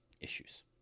issues